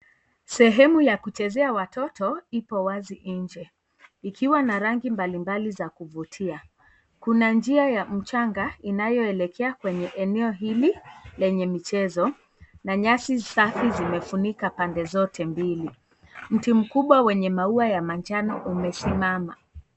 Sehemu ya kuchezea watoto, ipo wazi nje, ikiwa na rangi mbalimbali za kuvutia. kuna njia ya mchanga ,inayoelekea kwenye eneo hili ,lenye michezo na nyasi safi zimefunika pande zote mbili. Mti mkubwa wenye maua ya manjano umesimama.